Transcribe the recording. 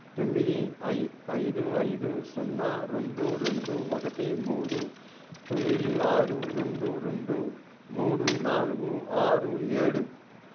తొమ్మిది ఐదు ఐదు సున్నా రెండు రెండు ఒకటి మూడు తొమ్మిది ఆరు రెండు రెండు మూడు నాలుగు ఆరు ఏడు